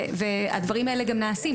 והדברים האלה גם נעשים.